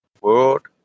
World